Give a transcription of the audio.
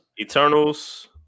Eternals